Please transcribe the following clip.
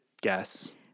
guess